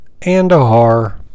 andahar